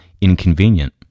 inconvenient